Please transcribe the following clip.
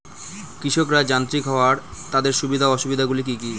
কৃষকরা যান্ত্রিক হওয়ার তাদের সুবিধা ও অসুবিধা গুলি কি কি?